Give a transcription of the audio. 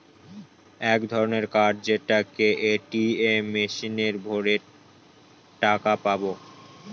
এক ধরনের কার্ড যেটাকে এ.টি.এম মেশিনে ভোরে টাকা পাবো